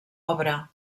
obra